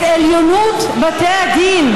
את עליונות בתי הדין,